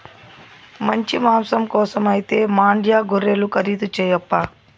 మంచి మాంసం కోసమైతే మాండ్యా గొర్రెలు ఖరీదు చేయప్పా